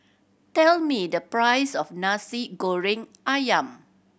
tell me the price of Nasi Goreng Ayam